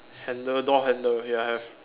handle door handle ya have